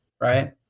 right